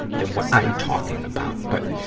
than what i'm talking about. but,